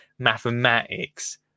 Mathematics